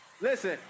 Listen